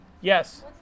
Yes